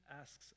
asks